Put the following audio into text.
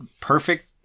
Perfect